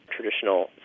traditional